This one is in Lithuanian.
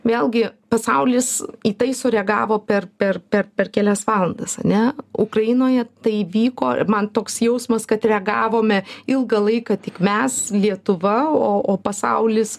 vėlgi pasaulis į tai sureagavo per per per per kelias valandas ane ukrainoje tai vyko ir man toks jausmas kad reagavome ilgą laiką tik mes lietuva o o pasaulis